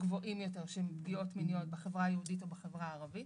גבוהים יותר של פגיעות מיניות בחברה היהודית או בחברה הערבית.